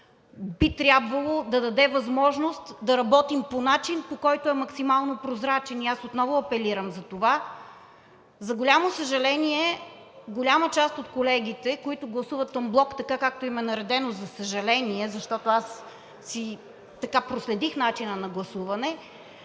Би трябвало да даде възможност да работим по начин, който е максимално прозрачен – и аз отново апелирам за това. Голяма част от колегите, които гласуват анблок така, както им е наредено, за съжаление, защото аз проследих начина на гласуване,